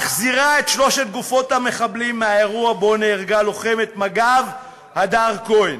מחזירה את שלוש גופות המחבלים מהאירוע שבו נהרגה לוחמת מג"ב הדר כהן.